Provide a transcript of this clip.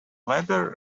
ladder